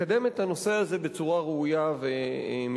לקדם את הנושא הזה בצורה ראויה ומתקדמת.